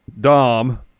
Dom